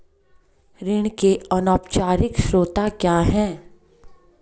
ऋण के अनौपचारिक स्रोत क्या हैं?